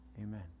amen